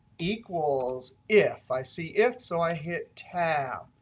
equals if. i see if, so i hit tab.